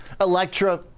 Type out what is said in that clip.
Electra